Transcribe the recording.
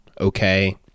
okay